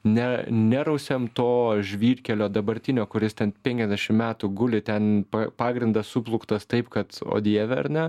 ne nerausiam to žvyrkelio dabartinio kuris ten penkiasdešim metų guli ten pagrindas suplūktas taip kad o dieve ar ne